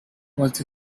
was